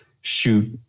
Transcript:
shoot